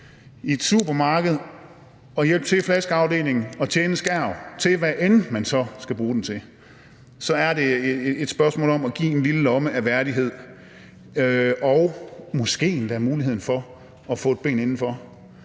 i et supermarked og hjælpe til i flaskeafdelingen og tjene en skærv til, hvad end man så skal bruge den til, så er det et spørgsmål om at give en lille lomme af værdighed og måske endda muligheden for at få et ben indenfor